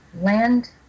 land